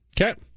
Okay